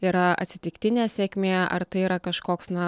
yra atsitiktinė sėkmė ar tai yra kažkoks na